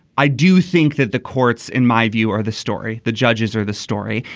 i do think that the courts in my view are the story the judges are the story.